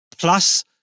Plus